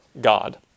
God